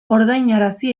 ordainarazi